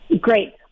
Great